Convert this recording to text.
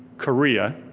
korea,